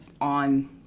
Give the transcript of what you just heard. on